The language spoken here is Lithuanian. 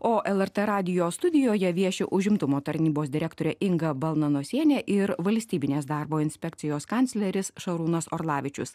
o lrt radijo studijoje vieši užimtumo tarnybos direktorė inga balnanosienė ir valstybinės darbo inspekcijos kancleris šarūnas orlavičius